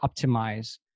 optimize